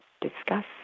discuss